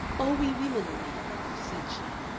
all we women, i mean, said she.